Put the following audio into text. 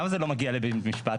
למה זה לא מגיע לבתי משפט?